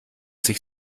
sich